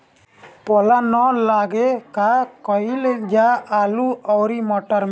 पाला न लागे का कयिल जा आलू औरी मटर मैं?